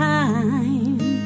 time